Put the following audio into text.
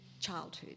childhood